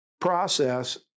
process